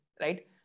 right